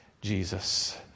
Jesus